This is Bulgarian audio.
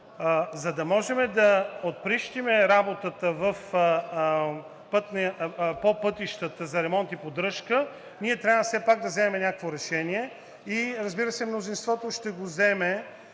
за да можем да отприщим работата по пътищата за ремонт и поддръжка, ние трябва все пак да вземем някакво решение и разбира се, мнозинството ще го вземе